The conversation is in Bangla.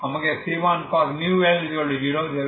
আমাকে c1cos μL 0 দেবে